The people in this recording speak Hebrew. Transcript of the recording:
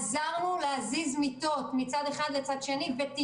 עזרנו להזיז מיטות מצד אחד לצד שני וטיהרנו בצורה מקצועית.